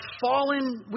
fallen